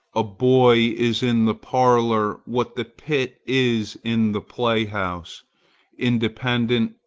a boy is in the parlor what the pit is in the playhouse independent,